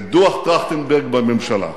את דוח-טרכטנברג בממשלה,